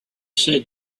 said